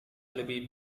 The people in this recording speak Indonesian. lebih